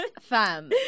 Fam